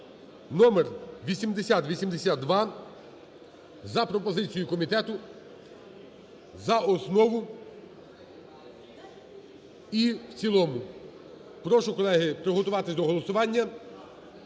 (№ 8082) за пропозицією комітету за основу і в цілому. Прошу, колеги, приготуватися до голосування